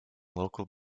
local